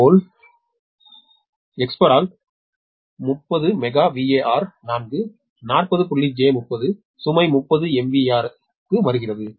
இதேபோல் எக்ஸ்பாரலல் 30 mega VAR 4 40 j 30 சுமை 30 MVAR க்கு வருகிறது